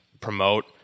promote